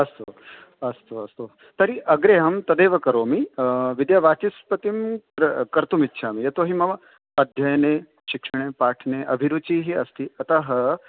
अस्तु अस्तु अस्तु तर्हि अग्रे अहं तदेव करोमि विद्यावाचस्पतिं कर्तुमिच्छामि यतो हि मम अध्ययने शिक्षणे पाठने अभिरुचिः अस्ति अतः